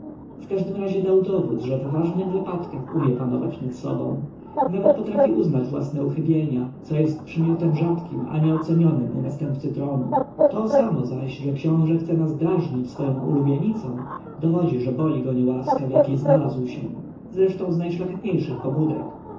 każdym razie dał dowód że w ważnych wypadkach umie panować nad sobą nawet potrafi uznać własne uchybienia co jest przymiotem rzadkim a nieocenionym u następcy tronu to samo zaś że książę chce nas drażnić swoją ulubienicą dowodzi że boli go niełaska w jakiej znalazł się zresztą z najszlachetniejszych pobudek